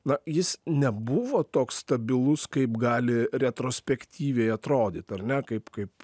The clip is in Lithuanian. na jis nebuvo toks stabilus kaip gali retrospektyviai atrodyt ar ne kaip kaip